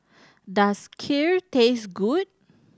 does Kheer taste good